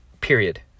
Period